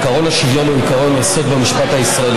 עקרון השוויון הוא עקרון יסוד במשפט הישראלי.